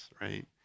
right